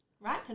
right